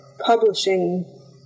publishing